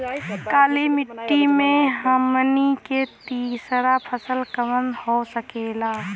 काली मिट्टी में हमनी के तीसरा फसल कवन हो सकेला?